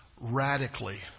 radically